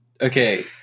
Okay